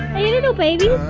hey little baby.